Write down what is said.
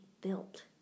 built